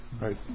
Right